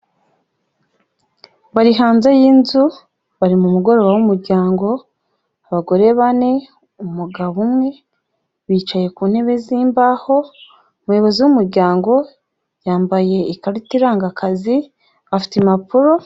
Bari hanze y'inzu, bari mu mugoroba w'umuryango, abagore bane, umugabo umwe, bicaye ku ntebe z'imbaho, umuyobozi w'umuryango yambaye ikarita iranga akazi, afite impapuro.